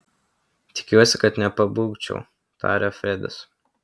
tikiuosi kad nepabūgčiau tarė fredis